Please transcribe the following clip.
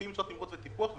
מופיעות שעות תמרוץ וטיפוח,